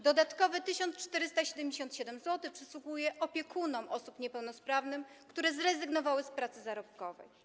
Dodatkowo 1477 zł przysługuje opiekunom osób niepełnosprawnych, które zrezygnowały z pracy zarobkowej.